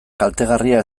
kaltegarria